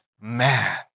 man